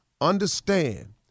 understand